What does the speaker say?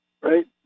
right